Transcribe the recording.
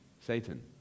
Satan